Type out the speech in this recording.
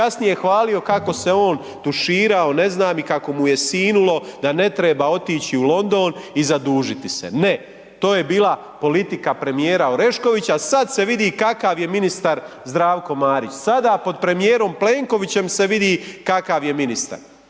kasnije hvalio kako se on tuširao ne znam i kako mu je sinulo da ne treba otići u London i zadužiti se. Ne, to je bila politika premijera Oreškovića. A sada se vidi kakav je ministar Zdravko Marić, sada pod premijerom Plenkovićem se vidi kakav je ministar.